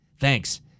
Thanks